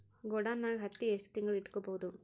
ಗೊಡಾನ ನಾಗ್ ಹತ್ತಿ ಎಷ್ಟು ತಿಂಗಳ ಇಟ್ಕೊ ಬಹುದು?